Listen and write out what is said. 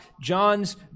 John's